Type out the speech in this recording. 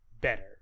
better